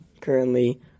currently